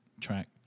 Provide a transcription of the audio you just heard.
track